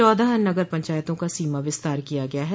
चौदह नगर पंचायतों का सीमा विस्तार किया गया है